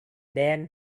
then